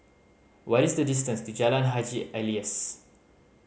what is the distance to Jalan Haji Alias